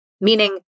meaning